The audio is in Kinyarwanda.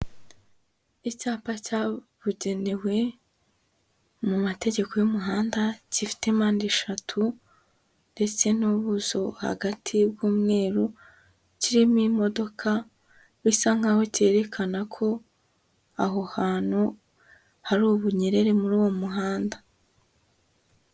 Icyapa cyabugenewe mu mategeko y'umuhanda gifite mpande eshatu ndetse n'ubuso hagati bw'umweru kirimo imodoka, bisa nk'aho cyerekana ko aho hantu hari ubunyererere muri uwo muhanda.